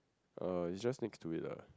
uh it's just next to it ah